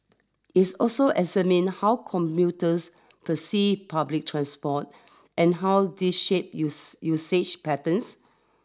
is also examined how commuters perceive public transport and how this shape use usage patterns